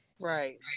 right